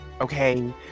Okay